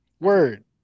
Word